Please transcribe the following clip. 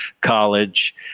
college